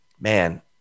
man